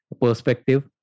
perspective